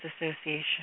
Association